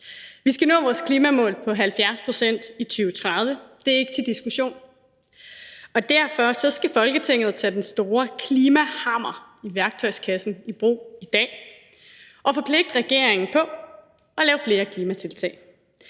Vi skal nå vores klimamål på 70 pct. i 2030. Det er ikke til diskussion, og derfor skal Folketinget tage den store klimahammer i værktøjskassen i brug i dag og forpligte regeringen på at lave flere klimatiltag.